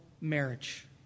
marriage